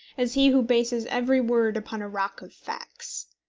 as he who bases every word upon a rock of facts.